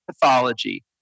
pathology